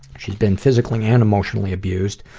she's been physically and emotionally abused.